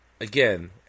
again